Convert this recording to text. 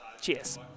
Cheers